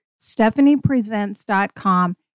stephaniepresents.com